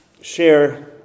share